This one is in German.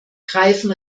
greifen